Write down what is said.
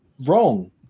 wrong